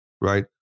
right